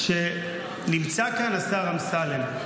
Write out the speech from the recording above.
כשנמצא כאן השר אמסלם,